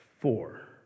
four